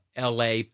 la